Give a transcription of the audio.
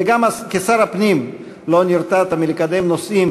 וגם כשר הפנים לא נרתעת מלקדם נושאים